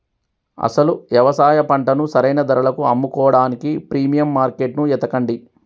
అసలు యవసాయ పంటను సరైన ధరలకు అమ్ముకోడానికి ప్రీమియం మార్కేట్టును ఎతకండి